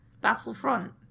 Battlefront